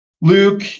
luke